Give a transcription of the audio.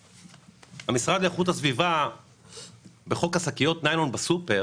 המשרד לאיכות הסביבה ייסד בעבר